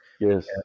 Yes